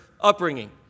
upbringing